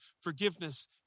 forgiveness